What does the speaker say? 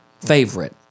favorite